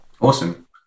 Awesome